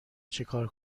چیکار